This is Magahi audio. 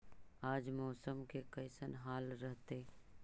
आज मौसम के कैसन हाल रहतइ?